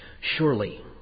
Surely